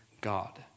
God